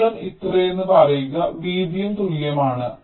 നീളം ഇത്രയെന്ന് പറയുക വീതിയും തുല്യമാണ്